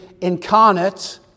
incarnate